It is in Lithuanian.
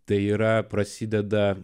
tai yra prasideda